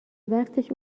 وقتش